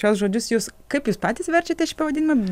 šiuos žodžius jūs kaip jūs patys verčiate šį pavadinimą